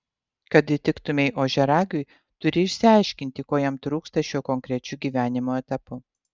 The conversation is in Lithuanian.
kad įtiktumei ožiaragiui turi išsiaiškinti ko jam trūksta šiuo konkrečiu gyvenimo etapu